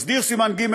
מסדיר סימן ג'